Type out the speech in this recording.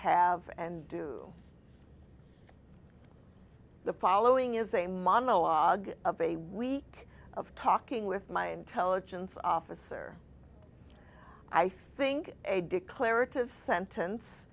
have and do the following is a monologue of a week of talking with my intelligence officer i think a declarative sentence